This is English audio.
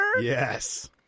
yes